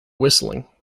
whistling